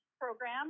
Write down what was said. program